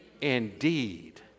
indeed